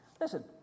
Listen